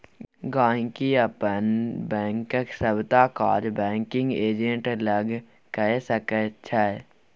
गांहिकी अपन बैंकक सबटा काज बैंकिग एजेंट लग कए सकै छै